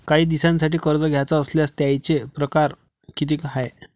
कायी दिसांसाठी कर्ज घ्याचं असल्यास त्यायचे परकार किती हाय?